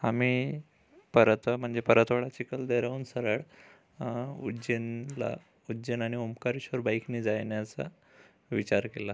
आम्ही परत म्हणजे परतवाडा चिखलदऱ्याहून सरळ उज्जैनला उज्जैन आणि ओंकारेश्वर बाईकने जाण्याचा विचार केला